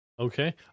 Okay